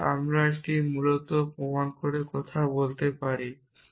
তবে আমরা এটি সম্পর্কে মূলত কথা বলতে পারি